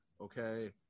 Okay